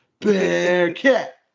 Bearcat